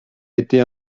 été